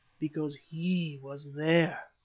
because he was there.